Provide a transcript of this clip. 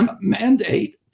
mandate